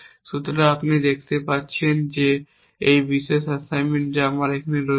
সুতরাং আপনি দেখতে পাচ্ছেন যে এই বিশেষ অ্যাসাইনমেন্ট যা আমার এখানে রয়েছে